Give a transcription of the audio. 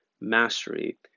Mastery